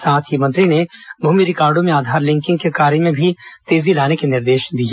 साथ ही मंत्री ने भूमि रिकार्डो में आधार लिंकिंग के कार्य में भी तेजी लाने के निर्देश दिए